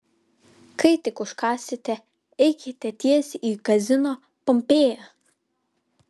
kai tik užkąsite eikite tiesiai į kazino pompėja